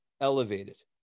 elevated